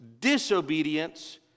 disobedience